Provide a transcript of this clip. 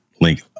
link